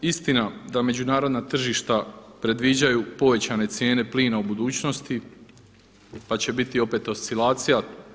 Istina da međunarodna tržišta predviđaju povećane cijene plina u budućnosti, pa će biti opet oscilacija.